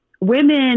Women